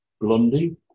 Blondie